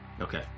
okay